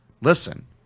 listen